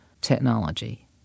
technology